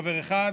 חבר אחד,